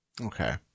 Okay